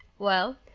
well,